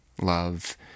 love